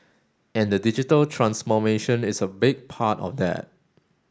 and the digital transformation is a big part of that